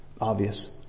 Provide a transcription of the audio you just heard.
obvious